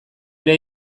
ere